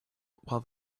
while